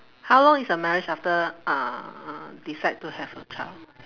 how long is your marriage after uh decide to have a child